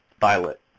Violet